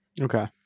okay